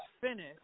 finish